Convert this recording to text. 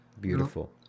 Beautiful